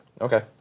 Okay